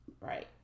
Right